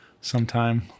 sometime